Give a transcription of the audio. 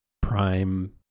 prime